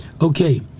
Okay